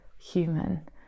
human